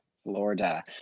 Florida